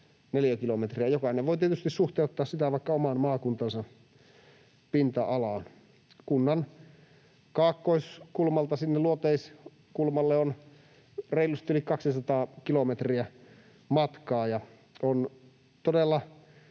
Jokainen voi tietysti suhteuttaa sitä vaikka oman maakuntansa pinta-alaan. Kunnan kaakkoiskulmalta sinne luoteiskulmalle on reilusti yli 200 kilometriä matkaa. Ja on todella